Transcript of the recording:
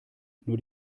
nur